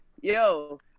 Yo